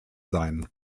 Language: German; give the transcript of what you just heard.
sein